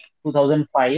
2005